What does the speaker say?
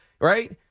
right